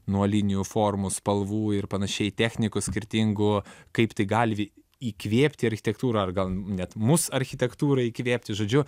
nuo linijų formų spalvų ir panašiai technikų skirtingų kaip tai gali įkvėpti architektūrą ar gal net mus architektūrą įkvėpti žodžiu